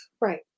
Right